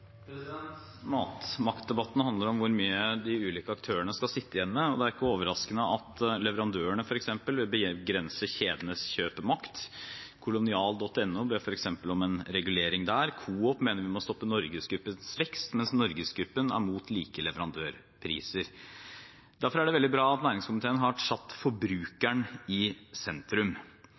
Matmaktdebatten handler om hvor mye de ulike aktørene skal sitte igjen med. Og det er ikke overraskende at leverandørene f.eks. vil begrense kjedenes kjøpemakt – kolonial.no ber f.eks. om en regulering der. Coop mener man må stoppe NorgesGruppens vekst, mens NorgesGruppen er imot like leverandørpriser. Derfor er det veldig bra at næringskomiteen har satt forbrukeren i sentrum.